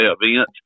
event